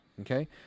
Okay